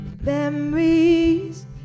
Memories